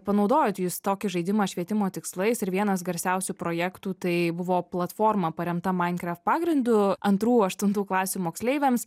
panaudojot jūs tokį žaidimą švietimo tikslais ir vienas garsiausių projektų tai buvo platforma paremta minecraft pagrindu antrų aštuntų klasių moksleiviams